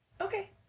Okay